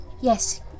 Yes